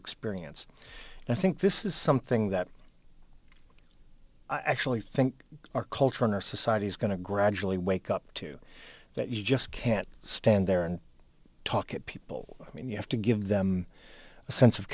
experience and i think this is something that i actually think our culture and our society is going to gradually wake up to that you just can't stand there and talk to people i mean you have to give them a sense of